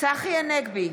צחי הנגבי,